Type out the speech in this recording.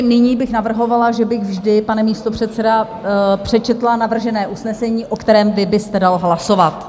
Nyní bych navrhovala, že bych vždy, pane místopředsedo, přečetla navržené usnesení, o kterém vy byste dal hlasovat.